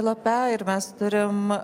lape ir mes turim